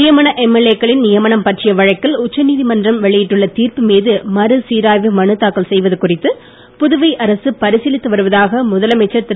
நியமன எம்எல்ஏ க்களின் நியமனம் பற்றிய வழக்கில் உச்ச நீதிமன்றம் வெளியிட்டுள்ள தீர்ப்பு மீது மறுசீராய்வு மனு தாக்கல் செய்வது குறித்து புதுவை அரசு பரிசீலித்து வருவதாக முதலமைச்சர் திரு